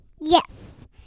Yes